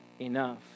enough